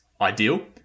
ideal